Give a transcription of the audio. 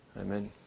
Amen